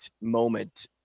moment